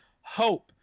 hope